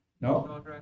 no